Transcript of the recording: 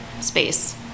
space